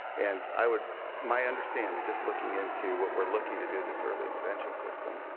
and i would my understanding, just looking into what we are looking to do this early intervention system,